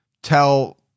tell